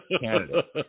candidate